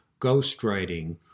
ghostwriting